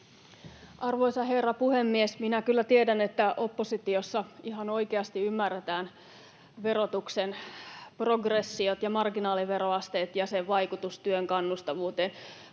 Arvoisa herra puhemies! Minä kyllä tiedän, että oppositiossa ihan oikeasti ymmärretään verotuksen progressiot ja marginaaliveroasteet ja niiden vaikutus työn kannustavuuteen.